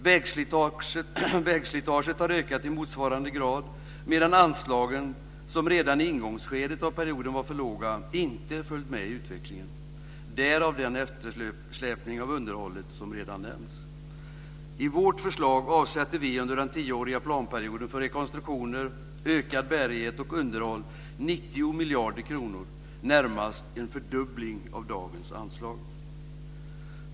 Vägslitaget har ökat i motsvarande grad medan anslagen, som redan i ingångsskedet av perioden var för låga, inte följt med i utvecklingen. Därav kommer den eftersläpning av underhållet som redan nämnts. I vårt förslag avsätter vi 90 miljarder kronor under den tioåriga planperioden för rekonstruktioner, ökad bärighet och underhåll. Det är närmast en fördubbling av dagens anslag.